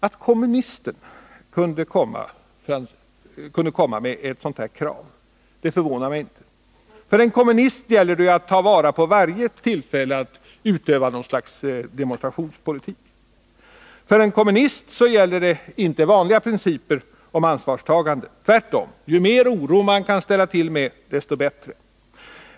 Att kommunisten kunde komma med ett sådant här krav, det förvånar mig inte. För en kommunist gäller det ju att ta vara på varje tillfälle att utöva något slags demonstrationspolitik. För en kommunist gäller inte vanliga principer om ansvarstagande — tvärtom. Ju mer oro man kan ställa till med, desto bättre.